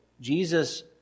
Jesus